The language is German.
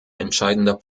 entscheidender